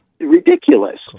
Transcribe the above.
ridiculous